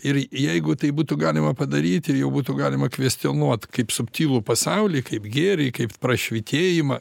ir jeigu tai būtų galima padaryti ir jau būtų galima kvestionuot kaip subtilų pasaulį kaip gėrį kaip prašvitėjimą